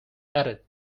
added